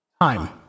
time